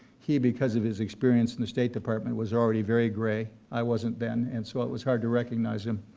he, because of his experience in the state department, was already very grey, i wasn't then, and so it was hard to recognize him.